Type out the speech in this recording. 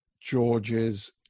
George's